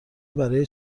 برای